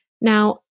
Now